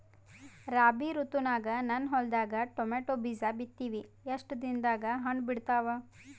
ರಾಬಿ ಋತುನಾಗ ನನ್ನ ಹೊಲದಾಗ ಟೊಮೇಟೊ ಬೀಜ ಬಿತ್ತಿವಿ, ಎಷ್ಟು ದಿನದಾಗ ಹಣ್ಣ ಬಿಡ್ತಾವ?